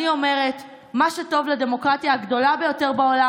אני אומרת: מה שטוב לדמוקרטיה הגדולה ביותר בעולם,